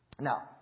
Now